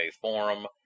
Forum